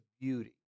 beauty